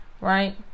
right